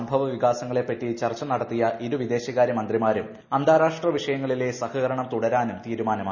സംഭവവികാസങ്ങളെപ്പറ്റി ചർച്ച നടത്തിയ ഇരു വിദേശകാര്യ മന്ത്രിമാരും അന്താരാഷ്ട്ര വിഷയങ്ങളിലെ സഹകരണം തുടരാനും തീരുമാനമായി